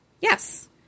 Yes